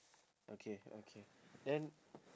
okay okay then